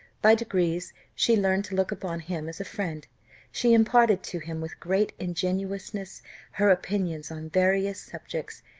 by degrees she learned to look upon him as a friend she imparted to him with great ingenuousness her opinions on various subjects,